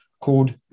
called